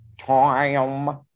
Time